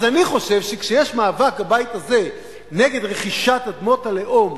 אז אני חושב שכשיש מאבק בבית הזה נגד רכישת אדמות הלאום